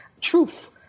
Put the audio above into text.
truth